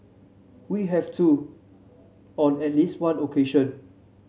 we have too on at least one occasion